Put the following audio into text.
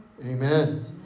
Amen